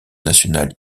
national